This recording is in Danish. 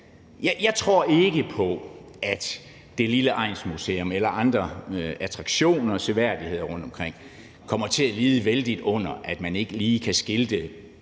Jeg tror ikke, at det lille egnsmuseum eller andre attraktioner og seværdigheder rundtomkring kommer til at lide vældigt under, at man ikke lige kan skilte